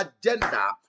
agenda